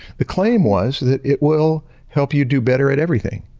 the claim was that it will help you do better at everything.